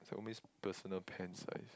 it's like almost personal pan size